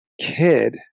kid